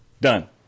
done